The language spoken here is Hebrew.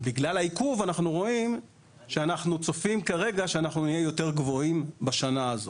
בגלל העיכוב אנחנו רואים אנחנו צופים כרגע שנהיה יותר גבוהים בשנה הזאת.